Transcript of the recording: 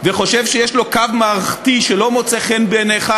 וחושב שיש לו קו מערכתי שלא מוצא חן בעיניך,